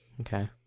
Okay